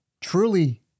truly